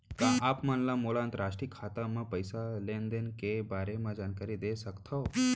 का आप मन मोला अंतरराष्ट्रीय खाता म पइसा लेन देन के बारे म जानकारी दे सकथव?